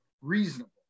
reasonable